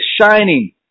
shining